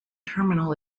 terminal